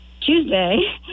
Tuesday